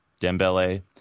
Dembele